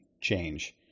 change